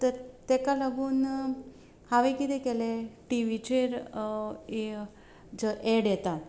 तर ताका लागून हांवें कितें केलें टी व्हीचेर जो एड येता